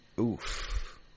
Oof